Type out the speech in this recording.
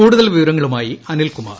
കൂടുതൽ വിവരങ്ങളുമായി അനിൽകുമാർ